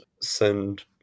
send